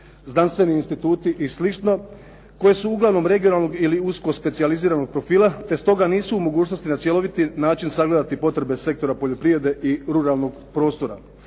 znanstveni instituti i slično koje su uglavnom regionalnog ili usko specijaliziranog profila te stoga nisu u mogućnosti na cjeloviti način sagledati potrebe sektora poljoprivrede i ruralnog prostora.